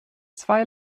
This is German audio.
zwei